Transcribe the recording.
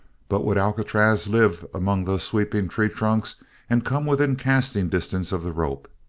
but would alcatraz live among those sweeping treetrunks and come within casting distance of the rope?